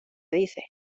dice